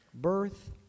birth